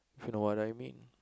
if you know what I mean